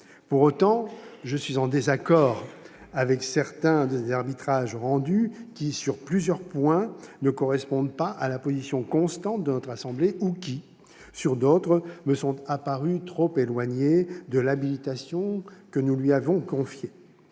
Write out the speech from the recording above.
Pour autant, je suis en désaccord avec certains des arbitrages rendus, qui, sur plusieurs points, ne correspondent pas à la position constante de notre assemblée, ou qui, sur d'autres, me sont apparus trop éloignés de l'habilitation que nous avons conférée